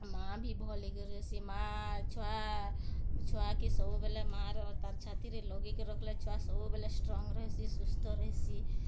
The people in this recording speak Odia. ମାଆ ବି ଭଲ୍ ହେଇକରି ରହେସି ମାଆ ଛୁଆ ଛୁଆକେ ସବୁବେଲେ ମାଆର ତାର୍ ଛାତିରେ ଲଗେଇ କରି ରଖ୍ଲେ ଛୁଆ ସବୁବେଲେ ଷ୍ଟ୍ରଙ୍ଗ୍ ରହେସି ସୁସ୍ଥ ରହେସି